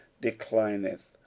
declineth